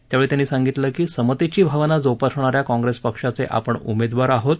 त्यावेळी त्यांनी सांगितलं की समतेची भावना जोपासणाऱ्या काँग्रेस पक्षाचे आपण उमेदवार आहोत